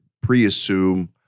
pre-assume